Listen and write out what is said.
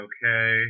Okay